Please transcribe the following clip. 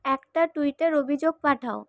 একটা টুইটার অভিযোগ পাঠাও